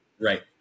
Right